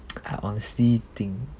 I honestly think